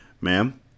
Ma'am